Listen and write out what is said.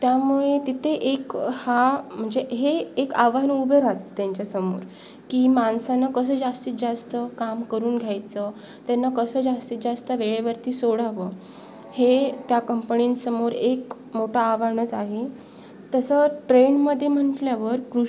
त्यामुळे तिथे एक हा म्हणजे हे एक आव्हान उभं राहतं त्यांच्यासमोर की माणसांना कसं जास्तीत जास्त काम करून घ्यायचं त्यांना कसं जास्तीत जास्त वेळेवरती सोडावं हे त्या कंपणींसमोर एक मोठं आव्हानच आहे तसं ट्रेनमध्ये म्हटल्यावर कृष